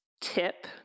tip